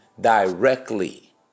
directly